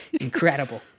Incredible